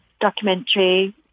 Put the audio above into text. documentary